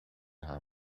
haar